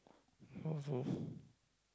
oh so